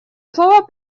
слово